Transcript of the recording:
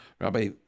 Rabbi